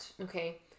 okay